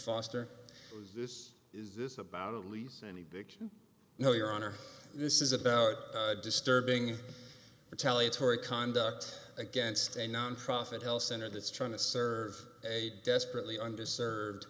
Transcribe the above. foster this is this about at least any big you know your honor this is about a disturbing retaliates or a conduct against a nonprofit health center that's trying to serve a desperately underserved